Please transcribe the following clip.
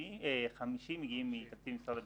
50 מיליון מגיעים מתקציב משרד הביטחון.